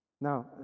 Now